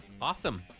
Awesome